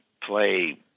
play